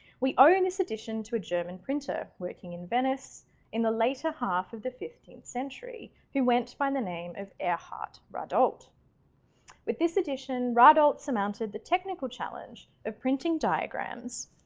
we owe this edition to a german printer working in venice in the later half of the fifteenth century who went by the name of erhard ratdolt with this addition, ratdolt surmounted the technical challenge of printing diagrams.